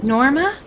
Norma